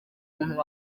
umuntu